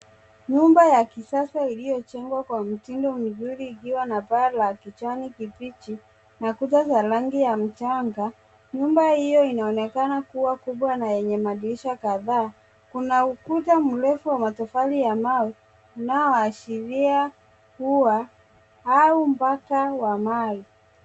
Nyumba ya kisasa iliyojengwa kwa mtindo mzuri ikiwa na paa la kijani kibichi, na kuta za rangi ya mchanga. Nyumba hiyo inaonekana kuwa kubwa na yenye madirisha kadhaa. Kuna ukuta mrefu wa matofali ya mawe, unao ashiria ua au mpaka wa mawe.